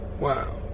Wow